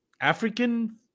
African